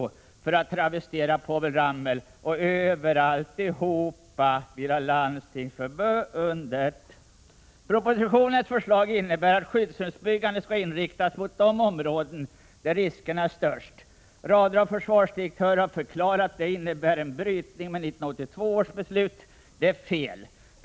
Och för att travestera Povel Ramel: Och över alltihopa vilar Landstingsförbundet. Propositionens förslag innebär att skyddsrumsbyggandet skall inriktas mot de områden där riskerna är störst. Rader av försvarsdirektörer har förklarat att detta innebär en brytning med 1982 års försvarsbeslut. Det är fel.